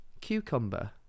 Cucumber